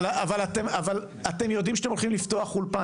אבל אתם יודעים שאתם הולכים לפתוח אולפן